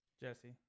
jesse